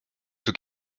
tout